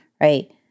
Right